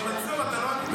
אבל מנסור, אתה לא --- בבקשה.